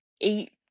eight